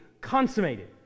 consummated